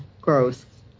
growth